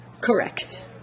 Correct